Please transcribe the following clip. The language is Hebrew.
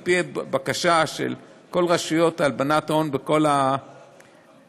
על פי הבקשה של כל רשויות הלבנת ההון בכל העולם,